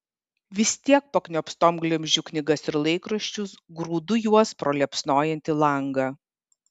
vis tiek pakniopstom glemžiu knygas ir laikraščius grūdu juos pro liepsnojantį langą